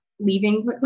Leaving